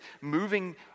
moving